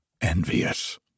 envious